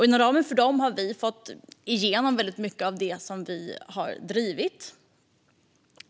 Inom ramen för dem har vi fått igenom mycket av det som vi har drivit.